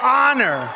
honor